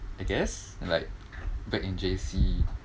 I guess like back in J_C